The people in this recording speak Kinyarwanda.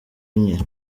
enye